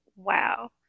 Wow